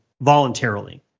voluntarily